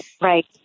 Right